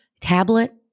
tablet